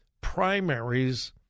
primaries